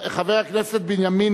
חבר הכנסת בנימין